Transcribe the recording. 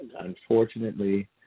Unfortunately